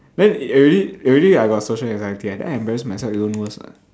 then already already I got social anxiety then I embarrass myself even worse [what]